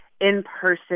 in-person